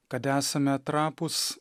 kad esame trapūs